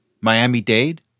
Miami-Dade